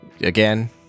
again